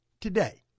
today